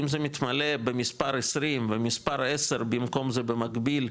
האם זה מתמלא במספר 20 ומספר 10 במקום זה במקביל,